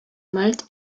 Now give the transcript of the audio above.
malte